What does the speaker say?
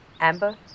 Amber